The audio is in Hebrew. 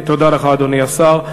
תודה לך, אדוני השר.